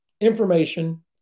information